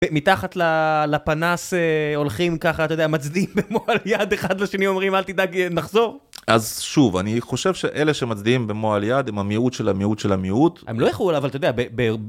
מתחת לפנס הולכים ככה אתה יודע מצדיעים במועל יד אחד לשני אומרים אל תדאג נחזור? אז שוב אני חושב שאלה שמצדיעים במועל יד הם המיעוט של המיעוט של המיעוט. הם לא יכלו... אבל אתה יודע ב